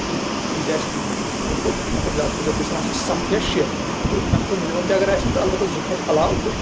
کیٚنٛہہ ییٖتیاہ آسن تیٖتیاہ اَلبتہ مطلب زیادٕ کھۄتہٕ زیادٕ گژھنۍ آسنۍ سَتھ یا شیےٚ تہٕ اَمہِ کھۄتہٕ مِنِمم تہِ اَگر آسن تہٕ اَلبتہ زٕ کھۄتہٕ علاوٕ تہٕ